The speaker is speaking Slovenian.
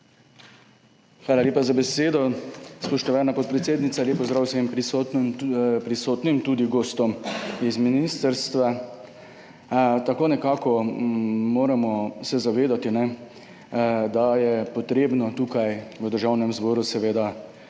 Hvala lepa za besedo, spoštovana podpredsednica. Lep pozdrav vsem prisotnim, prisotnim tudi gostom iz ministrstva! Tako nekako moramo se zavedati, da je potrebno tukaj v Državnem zboru seveda